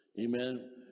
Amen